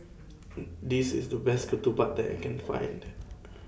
This IS The Best Ketupat that I Can Find